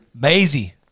Maisie